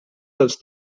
dels